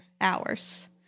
hours